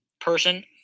person